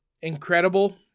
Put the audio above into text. incredible